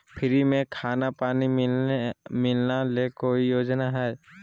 Free में खाना पानी मिलना ले कोइ योजना हय?